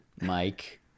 Mike